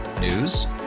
News